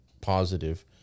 positive